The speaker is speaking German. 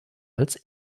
als